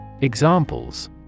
Examples